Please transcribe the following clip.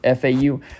FAU